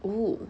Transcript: !woo!